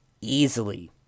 easily